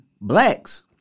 blacks